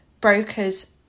brokers